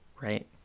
right